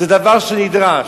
זה דבר שנדרש.